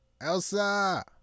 Elsa